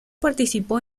participó